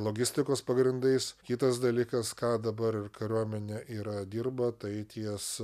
logistikos pagrindais kitas dalykas ką dabar kariuomenė yra dirba tai ties